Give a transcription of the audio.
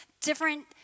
different